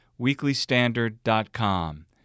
weeklystandard.com